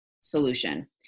solution